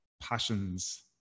passions